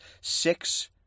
six